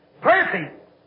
perfect